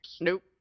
nope